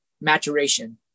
maturation